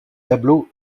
tableaux